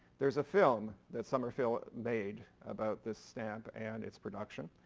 there's a film that summerfield made about this stamp and its production.